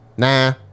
Nah